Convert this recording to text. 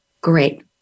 Great